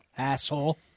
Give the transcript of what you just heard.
Asshole